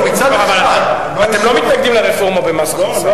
אבל אתם לא מתנגדים לרפורמה במס הכנסה.